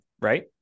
right